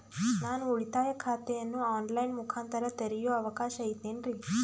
ನಾನು ಉಳಿತಾಯ ಖಾತೆಯನ್ನು ಆನ್ ಲೈನ್ ಮುಖಾಂತರ ತೆರಿಯೋ ಅವಕಾಶ ಐತೇನ್ರಿ?